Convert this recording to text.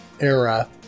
era